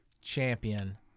champion